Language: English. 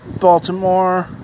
Baltimore